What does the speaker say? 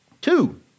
Two